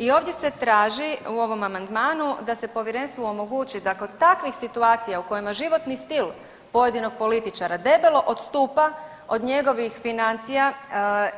I ovdje se traži u ovom amandmanu da se povjerenstvu omogući da kod takvih situacija u kojima životni stil pojedinog političara debelo odstupa od njegovih financija